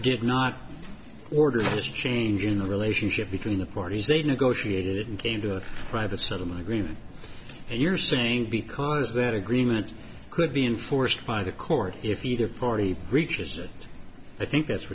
did not order to change in the relationship between the parties they negotiated and came to a private settlement agreement and you're singing because that agreement could be enforced by the court if your party reaches that i think that's